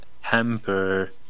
hamper